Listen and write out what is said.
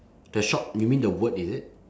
the shop you mean the word is it